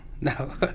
no